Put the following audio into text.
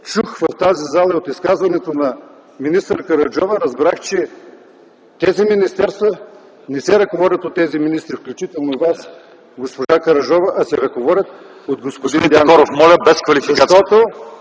чух в тази зала и от изказването на министър Караджова, разбрах, че тези министерства не се ръководят от тези министри, включително и от Вас, госпожо Караджова, а се ръководят от господин ... ПРЕДСЕДАТЕЛ ЛЪЧЕЗАР ИВАНОВ: Господин Такоров, моля без квалификации!